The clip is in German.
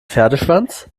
pferdeschwanz